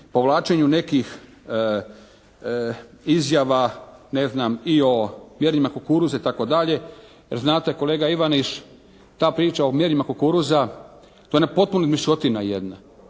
povlačenju nekih izjava ne znam i o mjerenjima kukuruza itd. Znate kolega Ivaniš o mjerenjima kukuruza to je potpuna izmišljotina jedna.